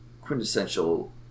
quintessential